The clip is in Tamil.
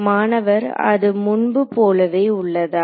மாணவர் அது முன்பு போலவே உள்ளதா